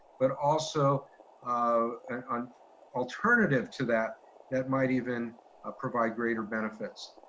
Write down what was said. but also um an alternative to that that might even ah provide greater benefits.